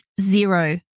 zero